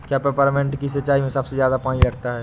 क्या पेपरमिंट की सिंचाई में सबसे ज्यादा पानी लगता है?